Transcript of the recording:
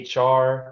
HR